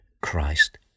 Christ